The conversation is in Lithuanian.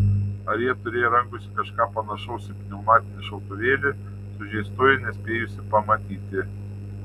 ar jie turėjo rankose kažką panašaus į pneumatinį šautuvėlį sužeistoji nespėjusi pamatyti